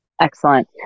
excellent